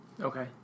Okay